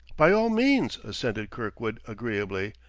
by all means, assented kirkwood agreeably.